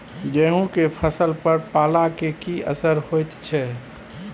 गेहूं के फसल पर पाला के की असर होयत छै?